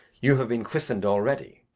you have been christened already.